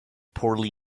poorly